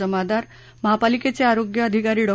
जमादार महापालिकेचे आरोग्य अधिकारी डॉ